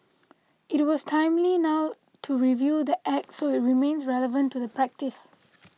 it was timely now to review the Act so it remains relevant to the practice